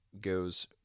goes